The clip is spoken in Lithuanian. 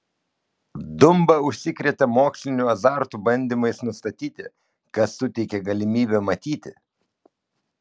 dumba užsikrėtė moksliniu azartu bandymais nustatyti kas suteikė galimybę matyti